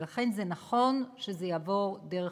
ולכן זה נכון שזה יעבור דרך